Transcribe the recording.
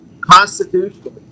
constitutionally